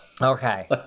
Okay